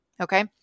Okay